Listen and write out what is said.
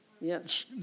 Yes